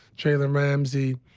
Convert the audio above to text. jalen ramsey,